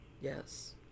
Yes